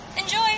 Enjoy